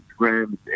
Instagram